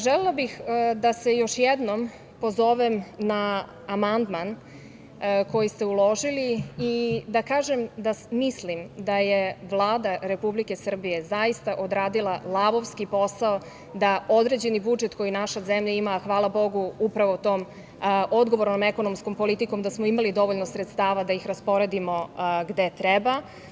Želela bih da se još jednom pozovem na amandman koji ste uložili i da kažem da mislim da je Vlada Republike Srbije zaista odradila lavovski posao da određeni budžet koji naša zemlja ima, a hvala Bogu upravo tom odgovornom ekonomskom politikom, da smo imali dovoljno sredstava da ih rasporedimo gde treba.